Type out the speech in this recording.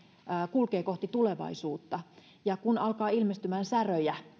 kulkee kohti tulevaisuutta ja kun alkaa ilmestyä säröjä